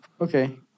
Okay